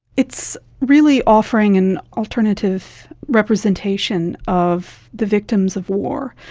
it's really offering an alternative representation of the victims of war.